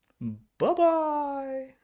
Bye-bye